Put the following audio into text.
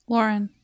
Lauren